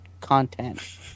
content